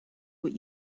what